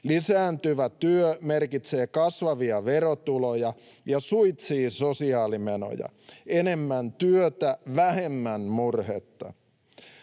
Lisääntyvä työ merkitsee kasvavia verotuloja ja suitsii sosiaalimenoja. Enemmän työtä, vähemmän murhetta.